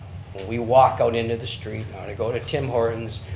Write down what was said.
we walk out into the street, to go to tim hortons,